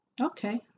Okay